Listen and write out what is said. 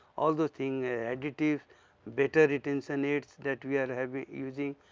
all those thing additive better retentionates that we are having using.